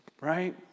right